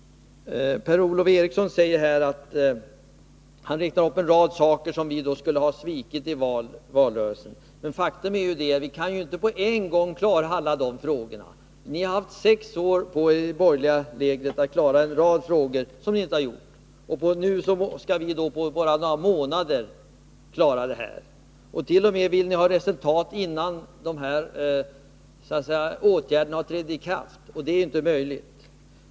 Per-Ola Eriksson räknade upp en rad saker som han påstod att vi skulle ha svikit efter valrörelsen. Faktum är ju att vi inte på en gång kan klara alla de här frågorna. Ni hade i det borgerliga lägret sex år på er att klara en rad frågor, vilket ni inte gjorde. Nu skall vi på bara några månader klara det hela. Ni vill t.o.m. ha resultat innan åtgärderna har trätt i kraft. Det är ju inte möjligt.